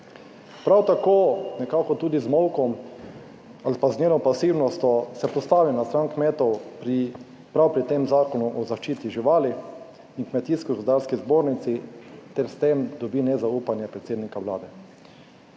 Prav tako nekako tudi z molkom ali pa z njeno pasivnostjo se postavi na stran kmetov prav pri tem Zakonu o zaščiti živali in Kmetijsko gozdarski zbornici ter s tem dobi nezaupanje predsednika vlade.